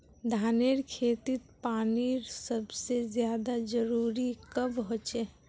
धानेर खेतीत पानीर सबसे ज्यादा जरुरी कब होचे?